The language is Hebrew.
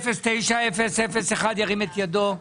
בעד 09001 ירים את ידו?